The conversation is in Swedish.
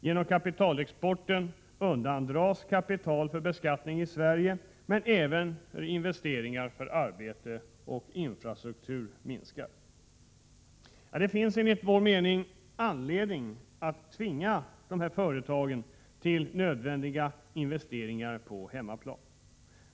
Genom kapitalexporten undandras kapital för beskattning i Sverige, men även investeringar för arbete och infrastruktur minskar. Det finns enligt vår mening anledning att tvinga företagen till nödvändiga investeringar på hemmaplan.